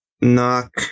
knock